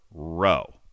row